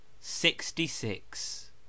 Sixty-six